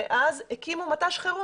מאז הקימו מט"ש חירום,